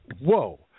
whoa